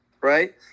right